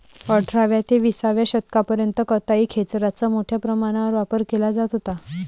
अठराव्या ते विसाव्या शतकापर्यंत कताई खेचराचा मोठ्या प्रमाणावर वापर केला जात होता